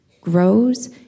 grows